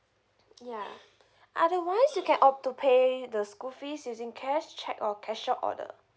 yeah otherwise you can opt to pay the school fees using cash check or cashier order